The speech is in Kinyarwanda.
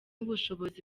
ubushobozi